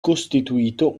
costituito